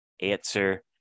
answer